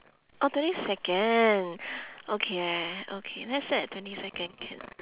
oh twenty second okay okay let's set at twenty second can